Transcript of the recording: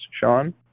Sean